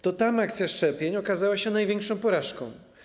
To tam akcja szczepień okazała się największą porażką.